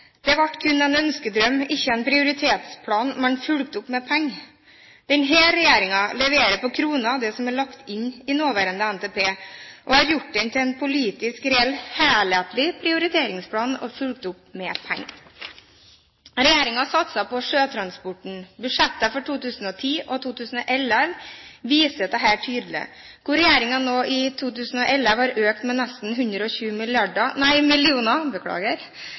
Det ble kun en ønskedrøm, ikke en prioritetsplan man fulgte opp med penger. Denne regjeringen leverer på kronen det som er lagt inn i nåværende NTP, og har gjort det til en politisk, reell helhetlig prioriteringsplan og fulgt opp med penger. Regjeringen satser på sjøtransporten. Budsjettene for 2010 og 2011 viser dette tydelig, hvor regjeringen nå i 2011 har økt de statlige bevilgningene til sjøtransportrettede tiltak med nesten 120